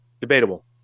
Debatable